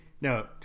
no